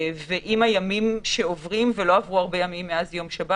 עם הימים שעוברים ולא עברו הרבה ימים מאז שבת